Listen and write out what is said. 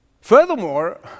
Furthermore